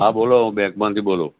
હા બોલો હું બૅન્કમાંથી બોલું